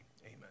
amen